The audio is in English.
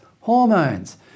hormones